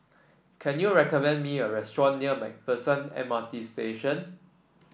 can you recommend me a restaurant near MacPherson M R T Station